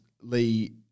Lee